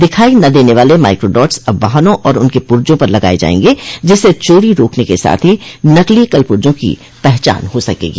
दिखाई न देने वाल माइक्रोडॉट्स अब वाहनों और उनके पुर्जों पर लगाए जायेंगे जिससे चोरी रोकने के साथ ही नकली कलपुर्जों की पहचान हो सकेगी